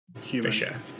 human